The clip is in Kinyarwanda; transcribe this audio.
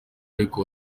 ariko